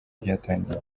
ryatangiye